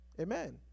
amen